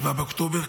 7 באוקטובר,